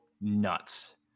nuts